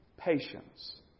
Patience